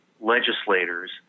legislators